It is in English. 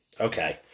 Okay